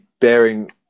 bearing